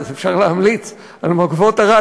אז אפשר להמליץ על "מגבות ערד".